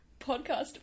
podcast